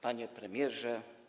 Panie Premierze!